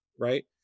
right